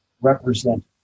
represent